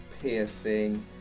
piercing